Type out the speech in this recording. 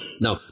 Now